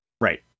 Right